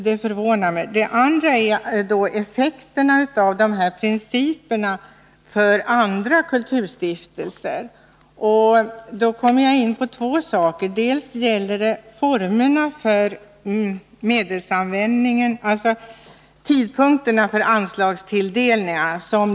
Den andra aspekten som jag vill ta upp är effekterna av dessa principer för andra kulturstiftelser. Då kommer jag in på två saker. Det gäller dels formerna för medelsanvändningen, dels tidpunkterna för anslagstilldelningar.